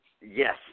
yes